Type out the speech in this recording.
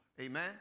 Amen